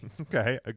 Okay